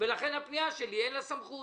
לכן לפנייה שלי אין סמכות.